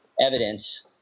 evidence